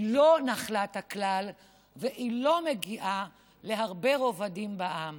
היא לא נחלת הכלל והיא לא מגיעה להרבה רבדים בעם.